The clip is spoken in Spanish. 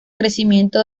crecimiento